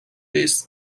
its